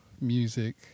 music